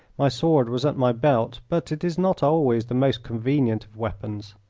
my sword was at my belt, but it is not always the most convenient of weapons.